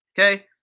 Okay